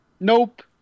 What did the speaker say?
Nope